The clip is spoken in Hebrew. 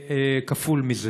לי.